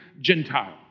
Gentile